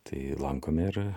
tai lankome ir